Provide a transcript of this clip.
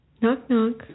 Knock-knock